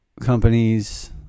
Companies